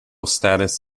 status